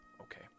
Okay